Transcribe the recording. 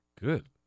Good